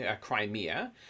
Crimea